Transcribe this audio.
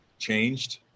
changed